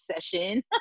session